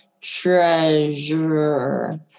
treasure